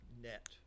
net